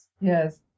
Yes